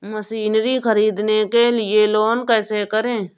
Machinery ख़रीदने के लिए लोन कैसे करें?